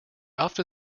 often